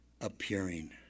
appearing